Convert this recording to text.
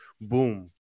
Boom